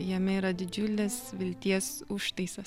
jame yra didžiulis vilties užtaisas